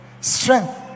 strength